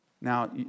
Now